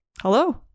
Hello